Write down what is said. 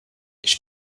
ich